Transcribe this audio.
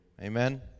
Amen